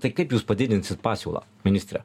tai kaip jūs padidinsit pasiūlą ministre